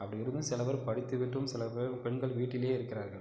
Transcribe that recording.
அப்படியிருந்தும் சில பேர் படித்துவிட்டும் சில பேர் பெண்கள் வீட்டிலேயே இருக்கிறார்கள்